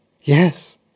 Yes